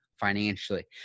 financially